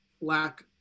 lack